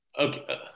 okay